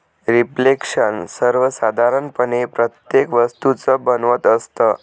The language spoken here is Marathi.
रिफ्लेक्शन सर्वसाधारणपणे प्रत्येक वस्तूचं बनत असतं